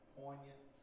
poignant